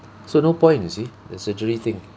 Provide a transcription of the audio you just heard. so no point you see the surgery thing